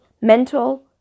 Mental